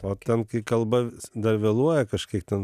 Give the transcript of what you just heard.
o ten kai kalba dar vėluoja kažkiek ten